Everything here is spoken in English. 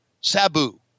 Sabu